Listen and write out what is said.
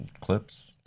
clips